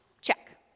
check